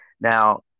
Now